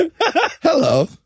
Hello